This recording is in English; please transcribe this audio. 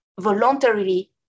voluntarily